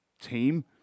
team